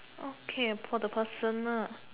okay for the personal